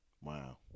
Wow